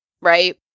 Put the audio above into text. right